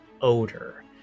odor